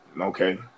okay